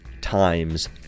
times